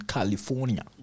California